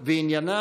בעד,